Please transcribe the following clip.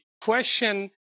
question